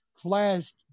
flashed